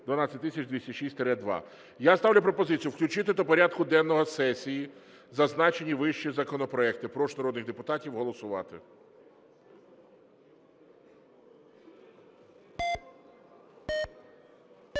12206-2. Я ставлю пропозицію включити до порядку денного сесії зазначені вище законопроекти. Прошу народних депутатів голосувати.